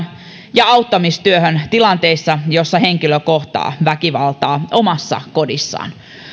ja auttamistyöhön tilanteissa joissa henkilö kohtaa väkivaltaa omassa kodissaan